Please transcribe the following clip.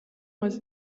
was